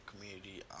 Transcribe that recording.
community